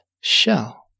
shell